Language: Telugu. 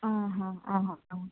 ఆహా